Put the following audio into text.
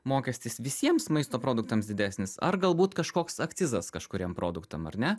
mokestis visiems maisto produktams didesnis ar galbūt kažkoks akcizas kažkuriem produktam ar ne